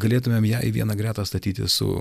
galėtumėm ją į vieną gretą statyti su